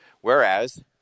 Whereas